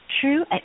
true